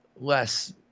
less